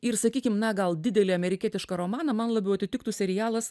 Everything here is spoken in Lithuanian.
ir sakykim na gal didelį amerikietišką romaną man labiau atitiktų serialas